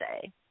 say